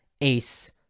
ace